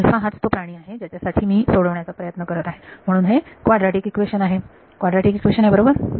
हाच तो प्राणी आहे त्याच्यासाठी मी सोडवण्याचा प्रयत्न करत आहे म्हणून हे क्वाड्राटिक इक्वेशन आहे हे क्वाड्राटिक इक्वेशन आहे बरोबर